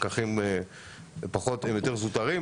הפקחים זוטרים יותר,